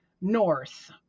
north